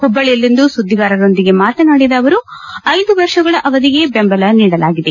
ಹುಬ್ಲಳ್ಯಲ್ಲಿಂದು ಸುದ್ದಿಗಾರರೊಂದಿಗೆ ಮಾತನಾಡಿದ ಅವರು ಐದು ವರ್ಷಗಳ ಅವಧಿಗೆ ಬೆಂಬಲ ನೀಡಲಾಗಿದೆ